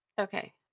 Okay